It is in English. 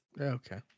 okay